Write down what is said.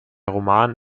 roman